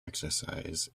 exercise